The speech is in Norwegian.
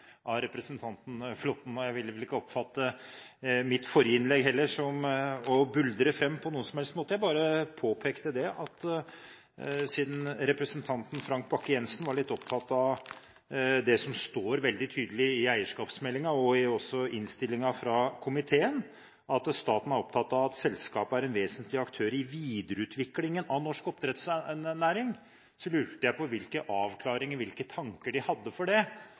av representanten Flåtten beskyldt for å «buldre fram». Jeg ville vel ikke oppfattet at jeg i mitt forrige innlegg på noen måte buldret fram. Jeg påpekte bare at representanten Frank Bakke-Jensen var litt opptatt av det som står veldig tydelig i eierskapsmeldingen og også i innstillingen fra komiteen, nemlig at staten er «opptatt av at selskapet er en vesentlig aktør i videreutviklingen av norsk oppdrettsnæring». Så lurte jeg på hvilke avklaringer, hvilke tanker, de i denne forbindelse hadde om det